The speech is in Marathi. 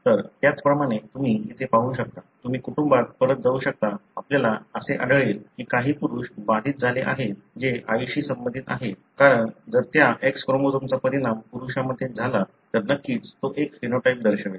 तर त्याचप्रमाणे तुम्ही इथे पाहू शकता तुम्ही कुटुंबात परत जाऊ शकता आपल्याला असे आढळेल की काही पुरुष बाधित झाले आहेत जे आईशी संबंधित आहेत कारण जर त्या X क्रोमोझोमचा परिणाम पुरुषांमध्ये झाला तर नक्कीच तो एक फिनोटाइप दर्शवेल